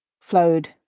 Flowed